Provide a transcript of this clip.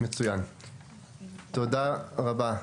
תודה רבה.